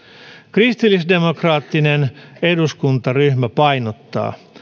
kristillisdemokraattinen eduskuntaryhmä painottaa